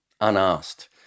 unasked